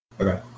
Okay